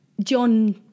john